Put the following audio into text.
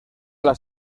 las